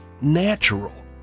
natural